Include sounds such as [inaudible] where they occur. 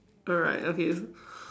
alright okay [breath]